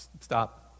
Stop